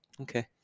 Okay